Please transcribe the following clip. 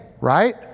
right